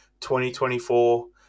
2024